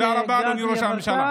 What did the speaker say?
תודה רבה, אדוני ראש הממשלה.